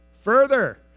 Further